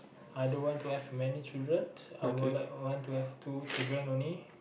I don't want to have many children I would like one to have two children only